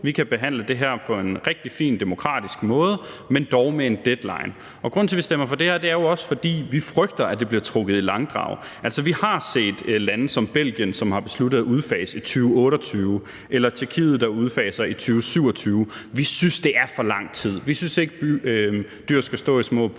Vi kan behandle det her på en rigtig fin demokratisk måde, men dog med en deadline. Grunden til, at vi stemmer for det her, er jo også, at vi frygter, at det bliver trukket i langdrag. Altså, vi har set lande som Belgien, som har besluttet at udfase i 2028, eller Tjekkiet, der udfaser i 2027. Vi synes, det er for lang tid. Vi synes ikke, at dyr skal stå i små bure